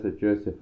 Joseph